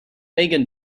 megan